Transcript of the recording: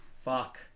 Fuck